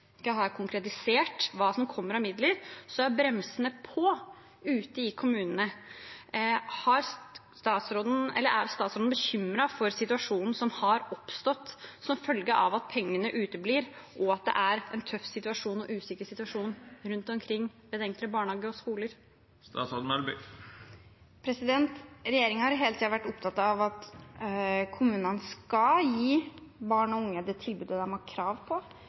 har konkretisert hva som kommer av midler, er bremsene på ute i kommunene. Er statsråden bekymret for situasjonen som har oppstått som følge av at pengene uteblir, og at det er en tøff og usikker situasjon rundt omkring i enkelte barnehager og skoler? Regjeringen har hele tiden vært opptatt av at kommunene skal gi barn og unge det tilbudet de har krav på. Det betyr f.eks. at det ikke finnes noe rom for å kutte i spesialundervisning eller for å redusere tilbudet på